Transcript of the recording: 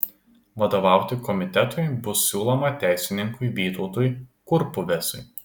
vadovauti komitetui bus siūloma teisininkui vytautui kurpuvesui